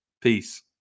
Peace